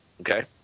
Okay